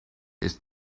ist